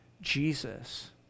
Jesus